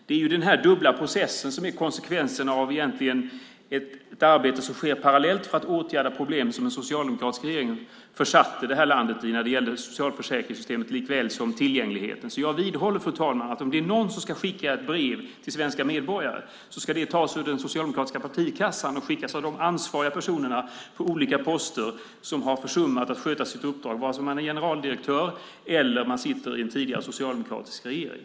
Det är den dubbla process som är konsekvensen av ett arbete som sker parallellt för att åtgärda problem som den socialdemokratiska regeringen försatte det här landet i när det gällde socialförsäkringssystemet likaväl som tillgängligheten. Så jag vidhåller, fru talman, att om det är någon som ska skicka ett brev till svenska medborgare ska det tas ur den socialdemokratiska partikassan och skickas av de ansvariga personerna på olika poster som har försummat att sköta sitt uppdrag, vare sig det är en generaldirektör eller någon som satt i en tidigare socialdemokratisk regering.